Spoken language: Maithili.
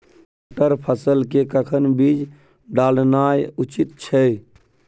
मटर फसल के कखन बीज डालनाय उचित छै?